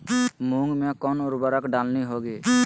मूंग में कौन उर्वरक डालनी होगी?